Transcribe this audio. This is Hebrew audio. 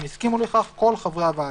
אם הסכימו לכך כל חברי הוועדה,